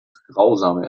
grausame